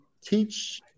teach